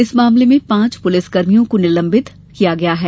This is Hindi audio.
इस मामले में पांच पुलिसकर्मियों को निलंबित कर कदया गया है